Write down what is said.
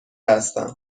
هستم